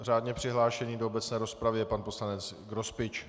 Řádně přihlášený do obecné rozpravy je pan poslanec Grospič.